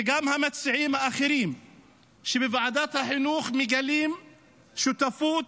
וגם המציעים האחרים שבוועדת החינוך, מגלים שותפות